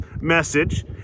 message